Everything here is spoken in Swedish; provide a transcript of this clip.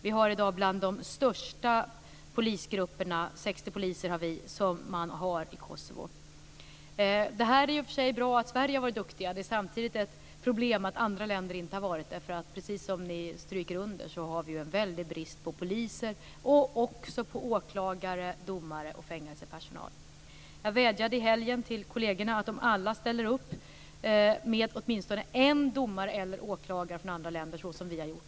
Vi har i dag en av de största polisgrupperna - 60 poliser - i Kosovo. Det är i och för sig bra att Sverige har varit duktigt. Det är samtidigt ett problem att andra länder inte har varit det. Precis som ni stryker under så är det en stor brist på poliser, åklagare, domare och fängelsepersonal. Jag vädjade i helgen till kollegerna i de andra länderna att de alla ställer upp med åtminstone en domare eller åklagare såsom vi har gjort.